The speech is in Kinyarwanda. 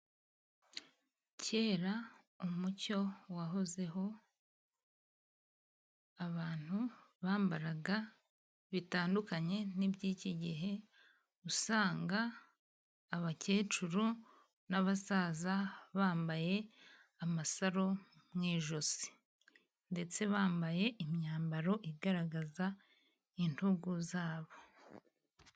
Cyera umuco wahozeho, abantu bambaraga bitandukanye n'iki gihe, usanga abakecuru n'abasaza bambaye amasaro mu ijosi ndetse bambaye imyambaro igaragaza intugu zabo.